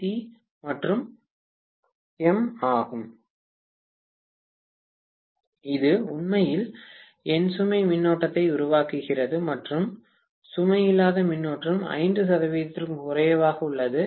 C மற்றும் இது இம் ஆகும் இது உண்மையில் என் சுமை மின்னோட்டத்தை உருவாக்குகிறது மற்றும் சுமை இல்லாத மின்னோட்டம் 5 சதவீதத்திற்கும் குறைவாக உள்ளது